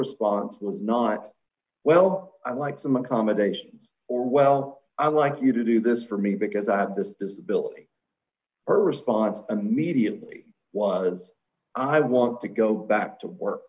response was not well i'm like some accommodations or well i'm like you to do this for me because i have this visibility her response immediately was i want to go back to work